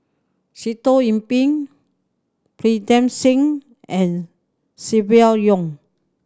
Sitoh Yih Pin Pritam Singh and Silvia Yong